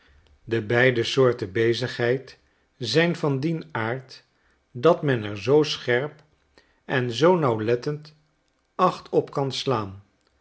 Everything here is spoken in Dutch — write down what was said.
en beide soorten bezigheid zijn van dien aard dat men er zoo scherp en zoo nauwlettend acht op kan slaan